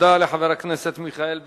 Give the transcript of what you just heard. תודה לחבר הכנסת מיכאל בן-ארי.